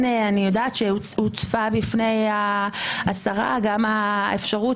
אני יודעת שהוצפה בפני השרה גם האפשרות